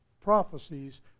prophecies